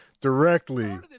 directly